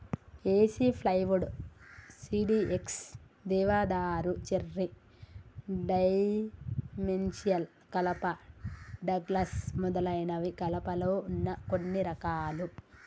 ఏసి plywood, CDX, దేవదారు, cherry, dimensional కలప, Douglas మొదలైనవి కలపలో వున్న కొన్ని రకాలు